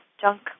junk